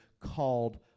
called